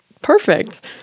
perfect